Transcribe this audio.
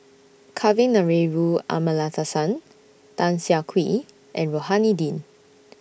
Kavignareru Amallathasan Tan Siah Kwee and Rohani Din